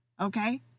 okay